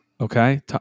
Okay